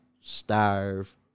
starve